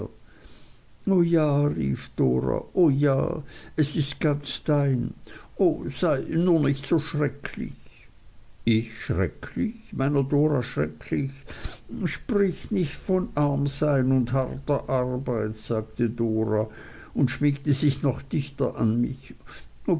o ja rief dora o ja es ist ganz dein o sei nur nicht so schrecklich ich schrecklich meiner dora schrecklich sprich nicht von armsein und harter arbeit sagte dora und schmiegte sich noch dichter an mich